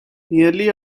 nearly